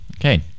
okay